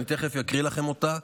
אני תכף אקריא לכם אותה,